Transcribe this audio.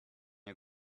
you